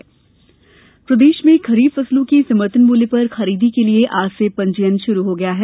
समर्थन मूल्य प्रदेश में खरीफ फसलों की समर्थन मूल्य पर खरीदी के लिए आज से पंजीयन शुरू हो गया है